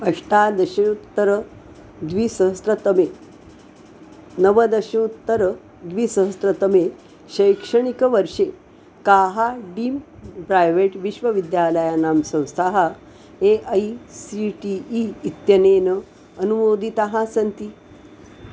अष्टादशोत्तरद्विसहस्त्रतमे नवदशोत्तरद्विसहस्त्रतमे शैक्षणिकवर्षे काः डीम्ड् प्रैवेट् विश्वविद्यालयानां संस्थाः A I C T E इत्यनेन अनुमोदिताः सन्ति